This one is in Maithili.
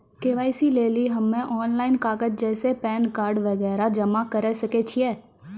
के.वाई.सी लेली हम्मय ऑनलाइन कागज जैसे पैन कार्ड वगैरह जमा करें सके छियै?